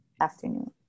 afternoon